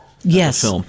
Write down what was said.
Yes